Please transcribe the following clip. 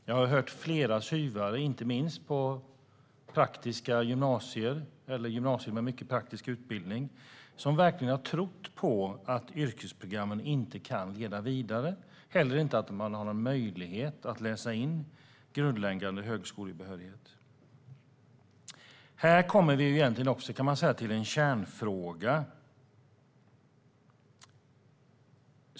Jag har hört flera SYV, inte minst på gymnasier med mycket praktisk utbildning, som verkligen har trott att yrkesprogrammen inte kan leda vidare och att det inte finns någon möjlighet att läsa in grundläggande högskolebehörighet. Här kommer vi, kan man säga, till en kärnfråga.